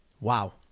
wow